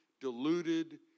deluded